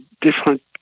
different